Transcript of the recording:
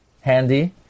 handy